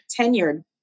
tenured